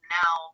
now